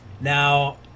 now